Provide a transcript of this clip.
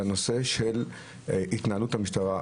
זה הנושא של התנהלות המשטרה,